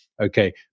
Okay